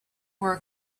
were